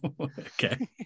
Okay